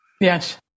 Yes